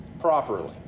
properly